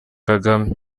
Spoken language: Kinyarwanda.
kagame